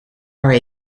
are